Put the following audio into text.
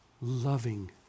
loving